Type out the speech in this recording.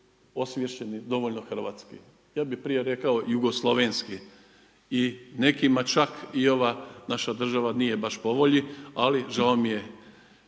osviješteni dovoljno hrvatski. Ja bih prije rekao jugoslavenski i nekima čak i ova naša država nije baš po volji, ali žao mi je